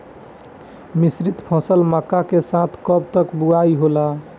मिश्रित फसल मक्का के साथ कब तक बुआई होला?